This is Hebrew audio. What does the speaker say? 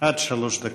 עד שלוש דקות